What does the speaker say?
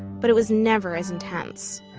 but it was never as intense.